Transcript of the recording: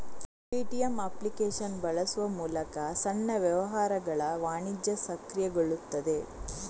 Paytm application ಬಳಸುವ ಮೂಲಕ ಸಣ್ಣ ವ್ಯವಹಾರಗಳ ವಾಣಿಜ್ಯ ಸಕ್ರಿಯಗೊಳ್ಳುತ್ತದೆ